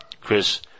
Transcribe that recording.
Chris